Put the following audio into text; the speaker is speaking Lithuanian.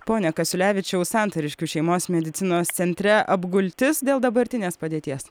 pone kasiulevičiau santariškių šeimos medicinos centre apgultis dėl dabartinės padėties